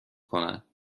کند